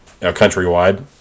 countrywide